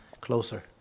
closer